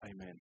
Amen